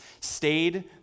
stayed